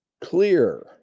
clear